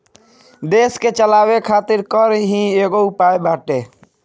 देस के चलावे खातिर कर ही एगो उपाय बाटे